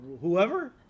whoever